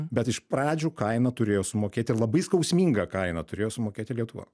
bet iš pradžių kainą turėjo sumokėti ir labai skausmingą kainą turėjo sumokėti lietuva